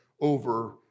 over